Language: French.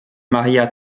maria